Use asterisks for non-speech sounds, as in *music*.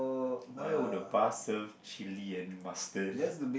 why would the bar serve chili and mustard *laughs*